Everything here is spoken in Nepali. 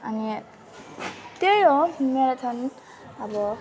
अनि त्यही हो म्याराथन अब